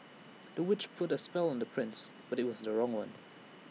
the witch put A spell on the prince but IT was the wrong one